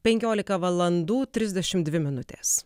penkiolika valandų trisdešimt dvi minutės